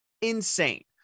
insane